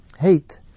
Hate